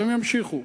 הם ימשיכו,